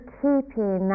keeping